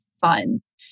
funds